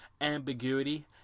ambiguity